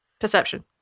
Perception